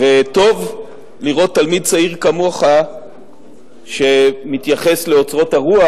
וטוב לראות תלמיד צעיר כמוך שמתייחס לאוצרות הרוח,